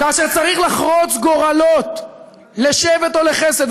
כאשר צריך לחרוץ גורלות לשבט או לחסד.